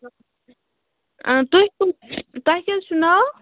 آ تُہۍ کٕم تۄہہِ کیٛاہ حظ چھُو ناو